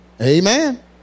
Amen